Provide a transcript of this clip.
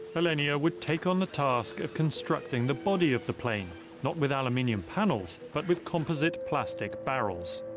alenia would take on the task of constructing the body of the plane not with aluminium panels, but with composite plastic barrels.